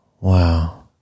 Wow